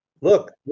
Look